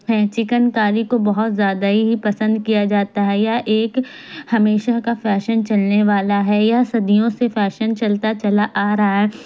ہیں چکن کاری کو بہت زیادہ ہی پسند کیا جاتا ہے یہ ایک ہمیشہ کا فیشن چلنے والا ہے یہ صدیوں سے فیشن چلتا چلا آ رہا ہے